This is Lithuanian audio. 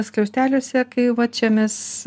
skliausteliuose kai va čia mes